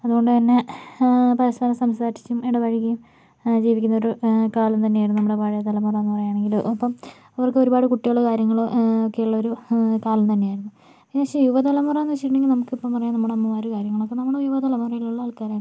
അതുകൊണ്ട് തന്നെ പരസ്പരം സംസാരിച്ചും ഇടപഴകിയും ജീവിക്കുന്നൊരു കാലം തന്നെയാണ് നമ്മടെ പഴയ തലമുറയയെന്ന് പറയാണെങ്കിൽ ഒപ്പം അവർക്ക് ഒരുപാട് കുട്ടികൾ കാര്യങ്ങൾ ഒക്കെ ഉള്ള ഒരു കാലം തന്നെയായിരുന്നു പക്ഷെ യുവ തലമുറയെന്ന് വെച്ചിട്ടുണ്ടെങ്കിൽ നമുക്കിപ്പം പറയാം നമ്മടെ അമ്മമാർ കാര്യങ്ങൾ അപ്പം നമ്മൾ യുവ തലമുറയിലുള്ള ആൾക്കാരാണ്